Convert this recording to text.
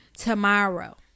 Tomorrow